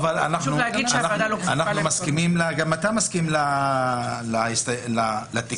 אבל גם אתה הרי מסכים לתיקון הזה.